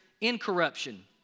incorruption